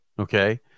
Okay